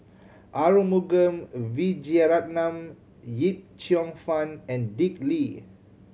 Arumugam Vijiaratnam Yip Cheong Fun and Dick Lee